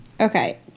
Okay